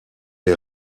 les